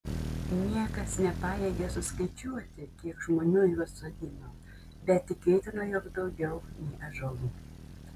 niekas nepajėgė suskaičiuoti kiek žmonių juos sodino bet tikėtina jog daugiau nei ąžuolų